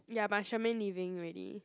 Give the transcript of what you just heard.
ya but Shermaine leaving already